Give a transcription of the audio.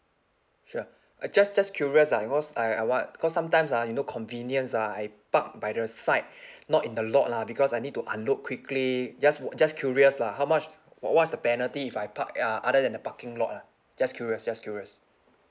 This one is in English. sure just just curious ah because I I what cause sometimes ah you know convenience ah I park by the side not in the lot lah because I need to unload quickly just wo~ just curious lah how much wha~ what's the penalty if I park uh other than the parking lot ah just curious just curious